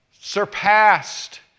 surpassed